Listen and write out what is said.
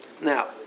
now